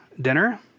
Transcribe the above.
dinner